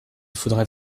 faudrait